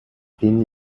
been